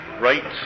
rights